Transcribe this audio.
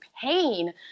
pain